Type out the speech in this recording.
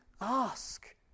ask